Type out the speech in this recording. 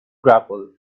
gravel